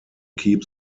keep